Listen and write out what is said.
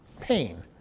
pain